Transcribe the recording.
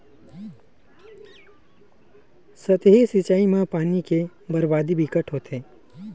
सतही सिचई म पानी के बरबादी बिकट होथे